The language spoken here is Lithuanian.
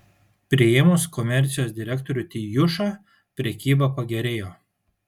priėmus komercijos direktorių tijušą prekyba pagerėjo